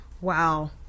Wow